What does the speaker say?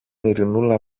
ειρηνούλα